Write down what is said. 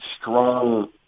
strong